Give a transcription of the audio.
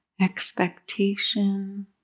expectation